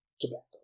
tobacco